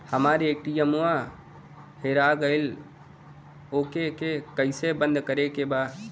हमरा ए.टी.एम वा हेरा गइल ओ के के कैसे बंद करे के बा?